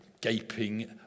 gaping